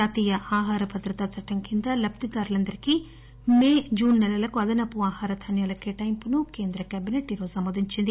జాతీయ ఆహార భద్రతా చట్టం కింద లబ్దిదారులందరికీ మే జున్ సెలలకి అదనపు ఆహార ధాన్యాల కేటాయింపును కేంద్ర కాబిసెట్ ఈరోజు ఆమోదించింది